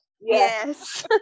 yes